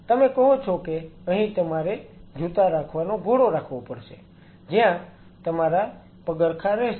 તમે કહો છો કે અહીં તમારે જૂતા રાખવાનો ઘોડો રાખવો પડશે જ્યાં તમારા પગરખાં રહેશે